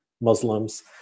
Muslims